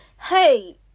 hey